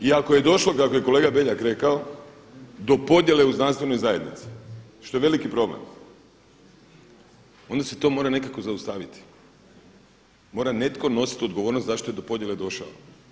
I ako je došlo kako je kolega Beljak rekao do podjele u znanstvenoj zajednici, što je veliki problem, onda se to mora nekako zaustaviti, mora neko nositi odgovornost zašto je do podjele došlo.